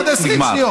עוד 20 שניות.